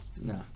No